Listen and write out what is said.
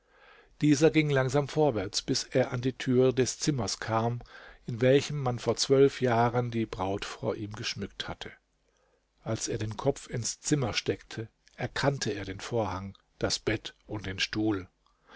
dieser ging langsam vorwärts bis er an die türe des zimmers kam in welchem man vor zwölf jahren die braut vor ihm geschmückt hatte als er den kopf ins zimmer steckte erkannte er den vorhang das bett und den stuhl